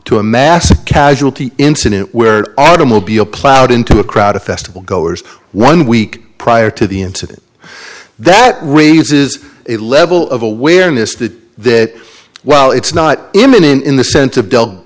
to a mass casualty incident where automobile plowed into a crowd of festival goers one week prior to the incident that raises a level of awareness to that well it's not imminent in the sense of del